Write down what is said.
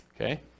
Okay